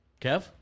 Kev